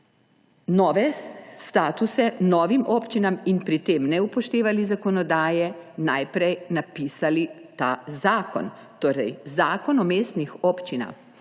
nove statuse novim občinam in pri tem ne upoštevali zakonodaje, napisali ta zakon, torej zakon o mestnih občinah.